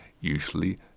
usually